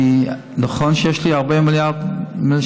כי נכון שיש לי 40 מיליארד שקל,